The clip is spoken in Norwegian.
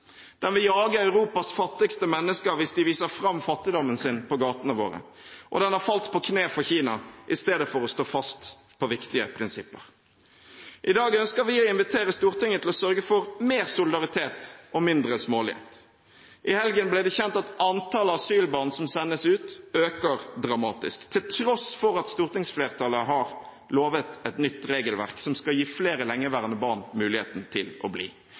den vil jage Europas fattigste mennesker hvis de viser fram fattigdommen sin på gatene våre, og den har falt på kne for Kina i stedet for å stå fast på viktige prinsipper. I dag ønsker vi å invitere Stortinget til å sørge for mer solidaritet og mindre smålighet. I helgen ble det kjent at antallet asylbarn som sendes ut, øker dramatisk, til tross for at stortingsflertallet har lovet et nytt regelverk, som skal gi flere lengeværende barn muligheten til å bli.